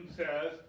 says